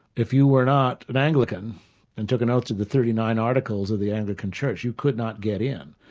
if you were not an anglican and took an oath to the thirty-nine articles of the anglican church, you could not get in,